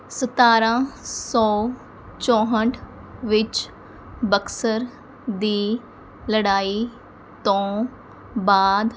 ਸਤਾਰ੍ਹਾਂ ਸੌ ਚੌਂਹਠ ਵਿੱਚ ਬਕਸਰ ਦੀ ਲੜਾਈ ਤੋਂ ਬਾਅਦ